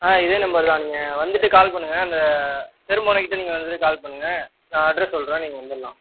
ஆ இதே நம்பரு தான் நீங்கள் வந்துவிட்டு கால் பண்ணுங்கள் அந்த தெரு முனை கிட்டே நீங்கள் வந்துவிட்டு கால் பண்ணுங்கள் நான் அட்ரஸ் சொல்கிறேன் நீங்கள் வந்துடுலாம்